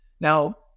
Now